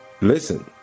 Listen